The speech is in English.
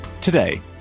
Today